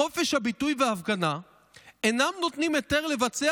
'חופש הביטוי וההפגנה אינם נותנים היתר לבצע